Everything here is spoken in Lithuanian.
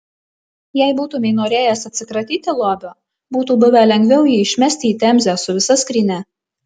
jei būtumei norėjęs atsikratyti lobio būtų buvę lengviau jį išmesti į temzę su visa skrynia